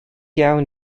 iawn